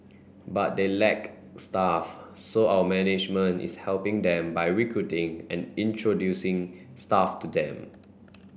but they lack staff so our management is helping them by recruiting and introducing staff to them